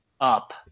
up